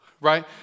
right